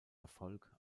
erfolg